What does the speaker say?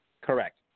Correct